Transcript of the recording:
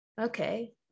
okay